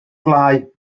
gwelyau